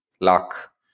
luck